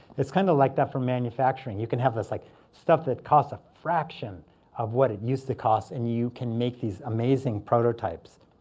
it's kind of like that for manufacturing. you can have this like stuff that costs a fraction of what it used to cost. and you can make these amazing prototypes.